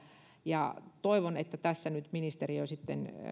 toivon että tässä nyt ministeriö